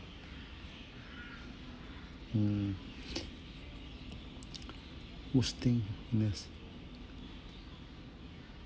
mm worst thing witness